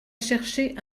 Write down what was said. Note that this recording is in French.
chercher